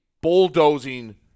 bulldozing